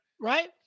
Right